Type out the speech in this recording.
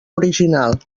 original